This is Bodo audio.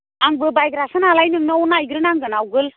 आंबो बायग्रासो नालाय नोंनाव नायग्रोनांगोन आवगोल